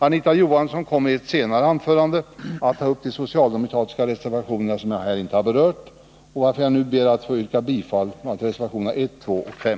Anita Johansson kommer i ett senare anförande att ta upp de socialdemokratiska reservationer som jag här inte har berört, varför jag nu ber att få yrka bifall till de socialdemokratiska reservationerna 1, 2 och 5.